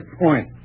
point